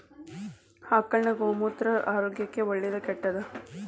ಆಕಳಿನ ಗೋಮೂತ್ರ ಆರೋಗ್ಯಕ್ಕ ಒಳ್ಳೆದಾ ಕೆಟ್ಟದಾ?